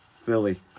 Philly